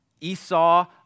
Esau